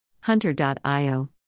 Hunter.io